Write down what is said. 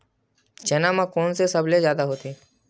चना म कोन से सबले जादा होथे?